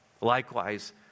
Likewise